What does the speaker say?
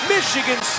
Michigan